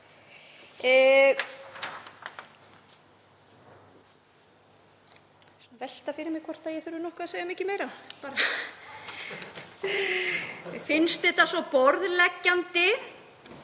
Ég velti fyrir mér hvort ég þurfi nokkuð að segja mikið meira, mér finnst þetta svo borðleggjandi.